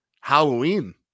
Halloween